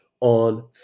on